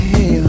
Hey